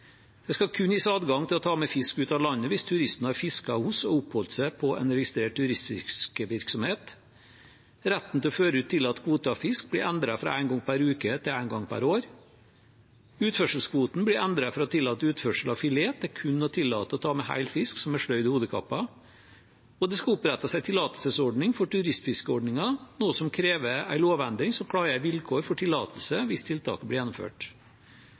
Det skal kun gis adgang til å tas med fisk ut av landet hvis turisten har fisket hos og oppholdt seg på en registrert turistfiskevirksomhet. Retten til å føre ut tillatt kvote av fisk blir endret fra én gang per uke til én gang per år. Utførselskvoten blir endret fra å tillate utførsel av filet til kun å tillate å ta med hel fisk som er sløyd og hodekappet. Det skal opprettes en tillatelsesordning for turistfiskeordninger, noe som krever en lovendring som klargjør vilkår for tillatelse hvis tiltaket blir gjennomført.